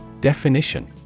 Definition